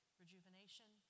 rejuvenation